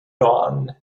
dawn